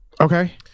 Okay